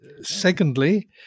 Secondly